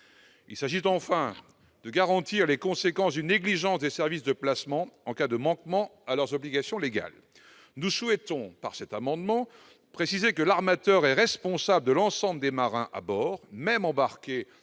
Il s'agit enfin de garantir les conséquences d'une négligence des services de placement en cas de manquement à leurs obligations légales. Nous souhaitons, par cet amendement, préciser que l'armateur est responsable de l'ensemble des marins à bord, même s'ils